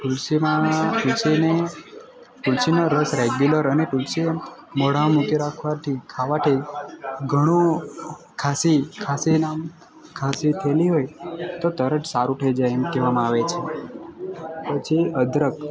તુસલીમાં તુલસીને તુલસીનો રસ રેગ્યુલર અને તુલસીને મોઢામાં મૂકી રાખવાથી ખાવાથી ઘણું ખાંસી ખાંસીનાં ખાંસી થએલી હોય તો તરત સારું થઈ જાય એમ કહેવામાં આવે છે પછી અદરક